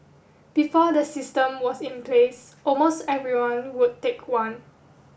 before the system was in place almost everyone would take one